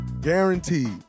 guaranteed